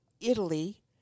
Italy